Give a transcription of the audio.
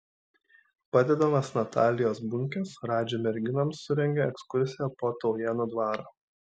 padedamas natalijos bunkės radži merginoms surengė ekskursiją po taujėnų dvarą